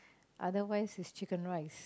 otherwise it's chicken rice